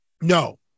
No